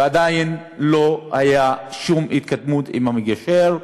ועדיין לא הייתה שום התקדמות עם המגשר,